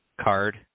card